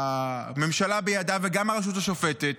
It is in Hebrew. הממשלה בידה וגם הרשות השופטת,